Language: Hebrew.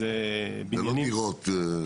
זה לא דירות.